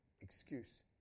excuse